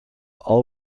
all